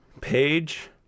page